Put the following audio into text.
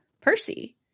Percy